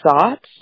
thoughts